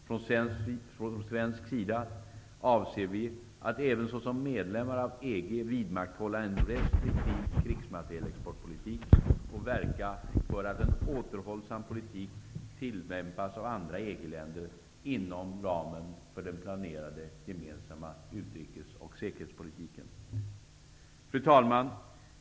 Från svensk sida avser vi att även som medlem i EG vidmakthålla en restriktiv krigsmaterielexportpolitik och verka för att en återhållsam politik tillämpas av andra EG-länder inom ramen för den planerade gemensamma utrikes och säkerhetspolitiken. Fru talman!